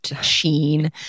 sheen